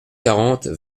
quarante